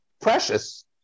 Precious